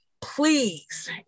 please